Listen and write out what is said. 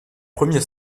premier